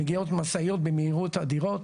מגיעות משאיות במהירות אדירה.